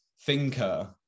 thinker